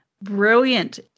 Brilliant